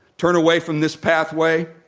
turn away from this pathway,